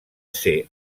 ser